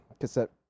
cassette